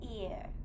ear